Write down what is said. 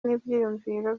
n’ibyiyumviro